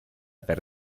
per